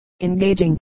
engaging